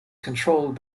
controlled